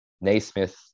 Naismith